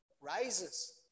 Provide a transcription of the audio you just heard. rises